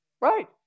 Right